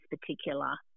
particular